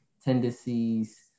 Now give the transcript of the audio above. tendencies